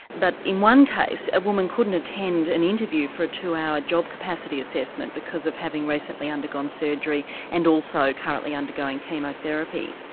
but in one case a woman couldn't attend an interview for a two hour job capacity assessment because of having recently undergone surgery and also currently undergoing chemotherapy.